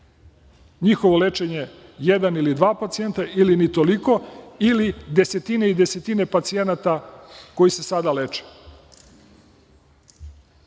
Njihovo lečenje, jedan ili dva pacijenta ili ni toliko, ili desetine i desetine pacijenata koji se sada leče. Oni